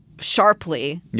sharply